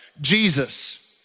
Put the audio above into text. Jesus